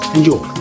Enjoy